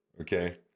okay